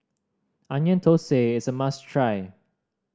Onion Thosai is a must try